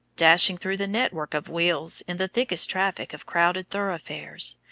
dashing through the net-work of wheels, in the thickest traffic of crowded thoroughfares,